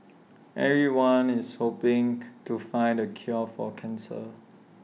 everyone is hoping to find the cure for cancer